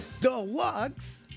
Deluxe